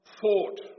thought